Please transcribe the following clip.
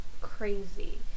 crazy